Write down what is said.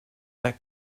that